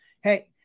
Hey